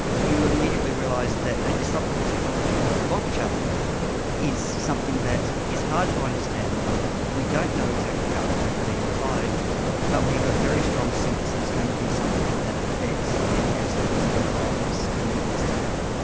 you immediately realise that a disruptive technology like blockchain is something that is hard to understand now. we don't know exactly how it's going to be applied but we have a very strong sense it's going to be something that affects many aspects of our lives in the years to come.